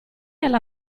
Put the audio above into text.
alla